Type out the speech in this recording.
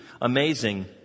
amazing